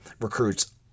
recruits